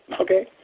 Okay